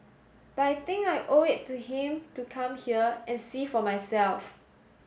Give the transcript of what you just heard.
but I think I owe it to him to come here and see for myself